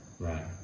Right